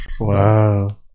Wow